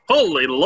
Holy